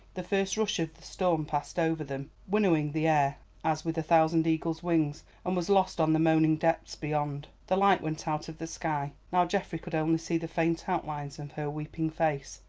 the first rush of the storm passed over them, winnowing the air as with a thousand eagles' wings, and was lost on the moaning depths beyond. the light went out of the sky. now geoffrey could only see the faint outlines of her weeping face.